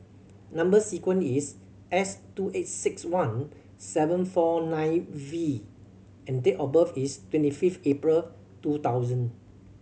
number sequence is S two eight six one seven four nine V and date of birth is twenty fifth April two thousand